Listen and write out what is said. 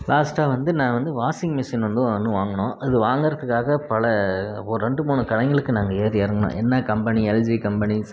லாஸ்ட்டாக வந்து நான் வந்து வாஷிங் மிஷின் வந்து ஒன்று வாங்கினோம் அது வாங்கிறத்துக்காக பல ஒரு ரெண்டு மூணு கடைங்களுக்கு நாங்கள் ஏறி இறங்குனோம் என்ன கம்பெனி எல்ஜி கம்பெனிஸ்